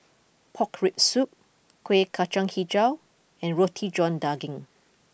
Pork Rib Soup Kuih Kacang HiJau and Roti John Daging